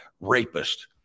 rapist